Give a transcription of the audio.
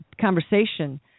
conversation